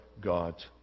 God